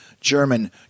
German